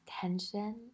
tension